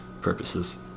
purposes